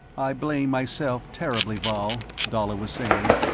i blame myself terribly, vall, dalla was saying.